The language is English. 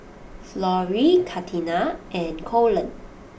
Florie Katina and Colon